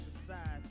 society